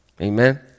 Amen